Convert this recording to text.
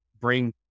bring